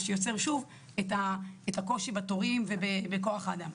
מה שיוצר שוב את הקושי בתורים ובכח האדם.